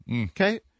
okay